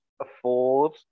afford